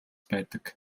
байдаг